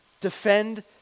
Defend